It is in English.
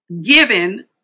given